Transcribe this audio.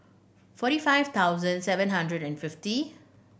forty five thousand seven hundred and fifty